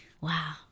Wow